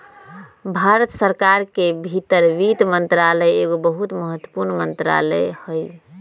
भारत सरकार के भीतर वित्त मंत्रालय एगो बहुते महत्वपूर्ण मंत्रालय हइ